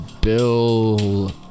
Bill